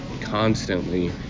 constantly